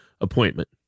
appointment